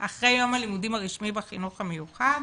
אחרי יום הלימודים הרשמי בחינוך המיוחד